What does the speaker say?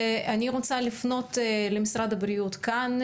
אני רוצה לפנות למשרד הבריאות כאן,